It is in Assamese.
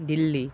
দিল্লী